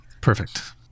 Perfect